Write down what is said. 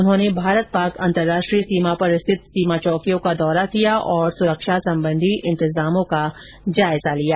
उन्होंने भारत पाक अंतर्राष्ट्रीय सीमा पर स्थित सीमा चौकियों का दौरा किया और सुरक्षा सम्बंधी इंतजामों का जायजा लिया